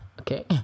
Okay